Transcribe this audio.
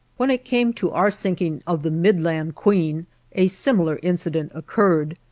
when it came to our sinking of the midland queen a similar incident occurred.